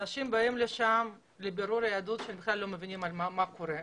אנשים באים לשם לבירור יהדות כשהם בכלל לא מבינים מה קורה,